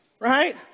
right